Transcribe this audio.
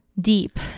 deep